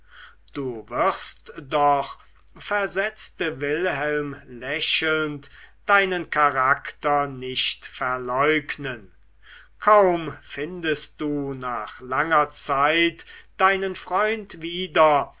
du wirst doch versetzte wilhelm lächelnd deinen charakter nicht verleugnen kaum findest du nach langer zeit deinen freund wieder